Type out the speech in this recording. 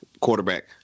quarterback